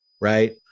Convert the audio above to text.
Right